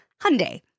Hyundai